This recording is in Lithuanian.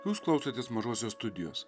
jūs klausotės mažosios studijos